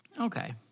Okay